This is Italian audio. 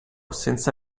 senza